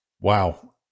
Wow